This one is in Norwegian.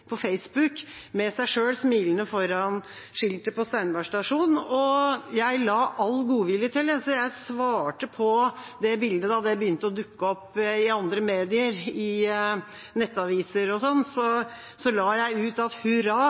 på Facebook med seg selv smilende foran skiltet på Steinberg stasjon. Jeg la all godvilje til, så jeg svarte på det bildet da det begynte å dukke opp i andre medier, i nettaviser og sånn, og så la jeg ut at